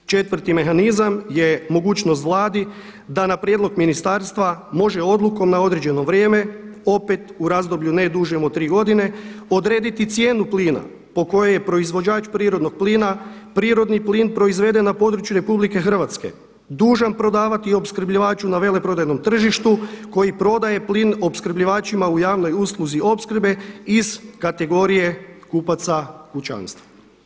Četvrti mehanizam je mogućnost Vladi da na prijedlog ministarstva može odlukom na određeno vrijeme opet u razdoblju ne dužem od tri godine odrediti cijenu plina po kojoj je proizvođač prirodnog plina prirodni plin proizveden na području RH dužan prodavati i opskrbljivaču i na veleprodajnom tržištu koji prodaje plin opskrbljivačima u javnoj usluzi opskrbe iz kategorije kupaca kućanstva.